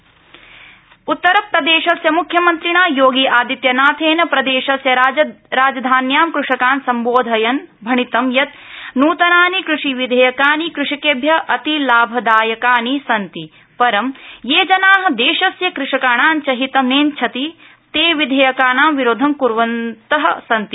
योगी कषि विधेयकम् उत्तरप्रदेशस्य मुख्यमन्त्रिणा योगी आदित्यनाथेन प्रदेशस्य राजधान्यां कृषकान् संबोधयन् भणितम् यत् नूतनानि कृषिविधेयकानि कृषकेभ्य अतिलाभदायकानि सन्ति परमु ये जना देशस्य कृषकाणाञ्च हितं नेच्छन्ति ते विधेयकानां विरोधं कुर्वन्त सन्ति